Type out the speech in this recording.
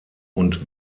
und